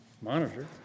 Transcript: monitor